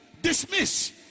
dismiss